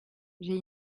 j’ai